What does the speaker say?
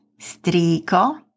striko